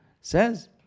says